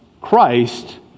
Christ